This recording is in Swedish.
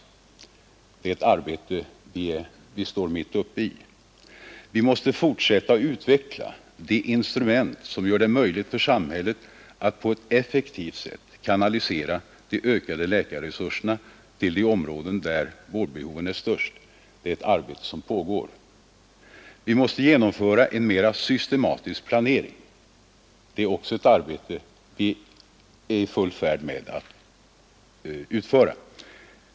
Det är ett arbete som vi står mitt uppe i. Vi måste fortsätta att utveckla de instrument som gör det möjligt för samhället att på ett effektivt sätt kanalisera de ökade läkarresurserna på de områden där vårdbehoven är störst, ett arbete som pågår. Vi måste genomföra en mera systematisk planering; även detta ett arbete vi är i full färd med att utföra.